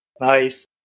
Nice